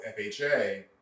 FHA